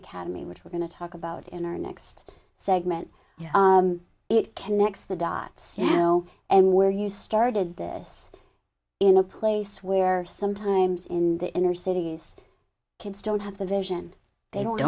academy which we're going to talk about in our next segment it connects the dots you know and where you started this in a place where sometimes in the inner cities kids don't have the vision they don't